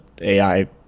AI